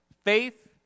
Faith